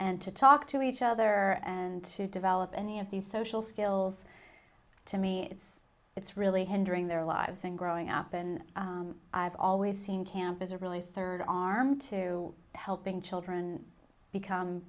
and to talk to each other and to develop any of these social skills to me it's it's really hindering their lives and growing up and i've always seen camp as a really third arm to helping children become